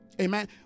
Amen